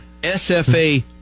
SFA